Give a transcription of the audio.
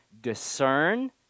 discern